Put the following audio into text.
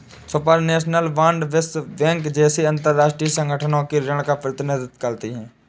supranational bond विश्व bank जैसे अंतरराष्ट्रीय संगठनों के ऋण का प्रतिनिधित्व करते हैं